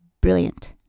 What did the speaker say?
Brilliant